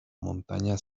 montaña